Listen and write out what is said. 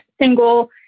single